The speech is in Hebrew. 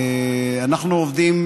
אנחנו עובדים